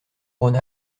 rhône